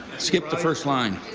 skip the first line.